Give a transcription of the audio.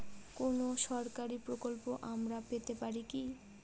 কোন সরকারি প্রকল্প আমরা পেতে পারি কি?